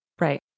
Right